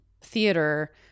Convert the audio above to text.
theater